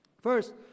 First